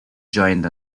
joined